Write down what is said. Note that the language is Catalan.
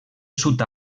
sud